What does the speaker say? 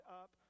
up